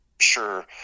sure –